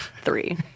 three